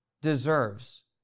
deserves